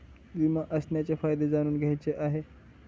विमा असण्याचे फायदे जाणून घ्यायचे आहे